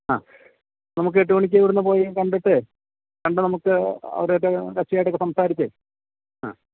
ആ നമുക്കെട്ടു മണിക്ക് ഇവിടെനിന്നു പോയി കണ്ടിട്ട് കണ്ട് നമുക്ക് അവരുമായിട്ട് കക്ഷിയുമായിട്ടൊക്കെ സംസാരിച്ച് ആ